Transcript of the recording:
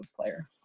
player